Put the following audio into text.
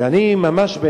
ואני ממשיך,